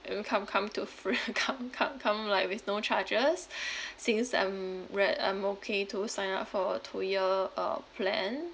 I mean come come to free come come come like with no charges since I'm re~ I'm okay to sign up for a two year uh plan